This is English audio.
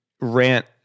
rant